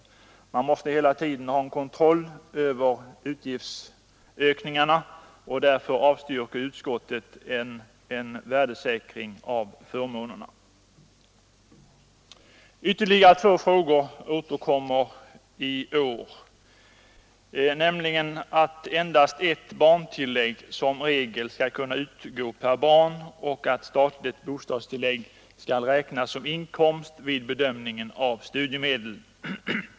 Man måste hela tiden ha en kontroll över utgiftsökningarna, och därför avstyrker utskottet förslaget om en värdesäkring av förmånerna. Ytterligare två frågor återkommer i år, nämligen att endast ett barntillägg som regel skall utgå per barn och att statligt bostadstillägg skall räknas som inkomst vid bedömningen av studiemedel.